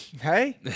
Hey